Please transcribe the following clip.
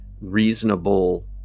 reasonable